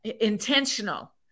intentional